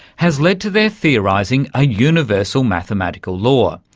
has led to their theorising a universal mathematical law,